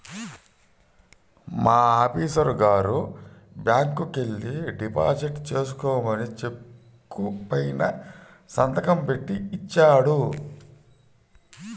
మా ఆఫీసరు గారు బ్యాంకుకెల్లి డిపాజిట్ చేసుకోమని చెక్కు పైన సంతకం బెట్టి ఇచ్చాడు